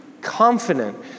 confident